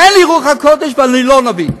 ואין לי רוח הקודש, ואני לא נביא.